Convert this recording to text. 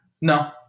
No